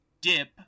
dip